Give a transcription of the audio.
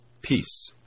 Peace